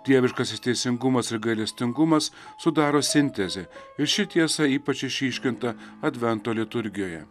dieviškasis teisingumas ir gailestingumas sudaro sintezę ir ši tiesa ypač išryškinta advento liturgijoje